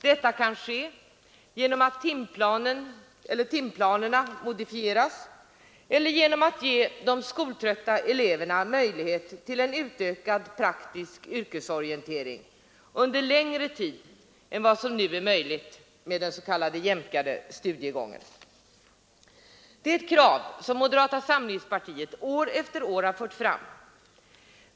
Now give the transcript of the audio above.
Detta kan ske genom att timplanerna modifieras eller genom att man ger de skoltrötta eleverna möjlighet till en utökad praktisk yrkesorientering under en längre tid än vad som nu är möjligt med den s.k. jämkade studiegången. Detta är ett krav som moderata samlingspartiet år efter år fört fram.